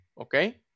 okay